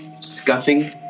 scuffing